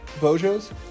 bojo's